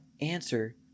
answer